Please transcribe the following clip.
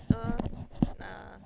so uh